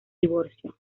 divorcio